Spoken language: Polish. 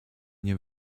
nie